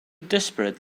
disparate